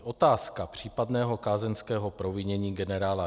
Otázka případného kázeňského provinění generála